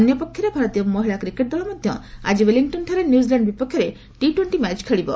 ଅନ୍ୟ ପକ୍ଷରେ ଭାରତୀୟ ମହିଳା କ୍ରିକେଟ୍ ଦଳ ମଧ୍ୟ ଆଜି ଓ୍ୱେଲିଟନ୍ଠାରେ ନ୍ୟୁଜିଲାଣ୍ଡ ବିପକ୍ଷରେ ଟି ଟୋଷ୍ଟି ମ୍ୟାଚ୍ ଖେଳିବ